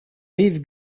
rive